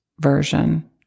Version